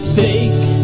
fake